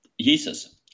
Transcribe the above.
jesus